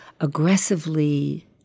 aggressively